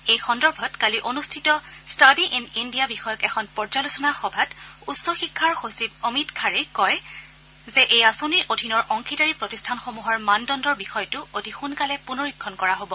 এই সন্দৰ্ভত কালি অনুষ্ঠিত ষ্টাডী ইন্ ইণ্ডিয়া বিষয়ক এখন পৰ্যালোচনা সভাত উচ্চ শিক্ষাৰ সচিব অমিত খাৰেই কয় যে এই আঁচনিৰ অধীনৰ অংশীদাৰী প্ৰতিষ্ঠানসমূহৰ মানদণ্ডৰ বিষয়টো অতি সোনকালে পুণৰীক্ষণ কৰা হ'ব